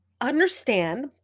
understand